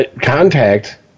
contact